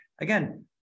again